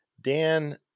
Dan –